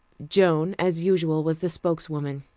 joan, as usual, was the spokeswoman.